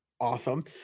awesome